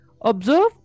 Observe